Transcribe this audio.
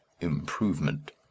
improvement